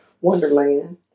Wonderland